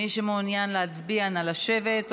מי שמעוניין להצביע, נא לשבת.